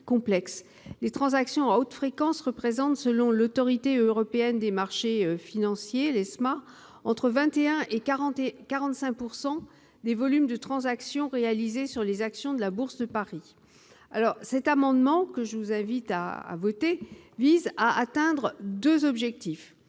Les transactions à haute fréquence représentent, selon l'autorité européenne des marchés financiers, l'ESMA, entre 21 % et 45 % des volumes de transactions réalisées sur les actions de la Bourse de Paris. Cet amendement vise deux objectifs